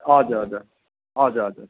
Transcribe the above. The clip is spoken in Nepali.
हजुर हजुर हजुर हजुर